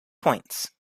points